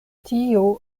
tio